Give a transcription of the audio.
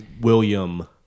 William